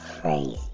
crazy